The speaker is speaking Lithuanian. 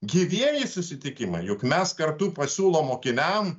gyvieji susitikimai juk mes kartu pasiūlom mokiniam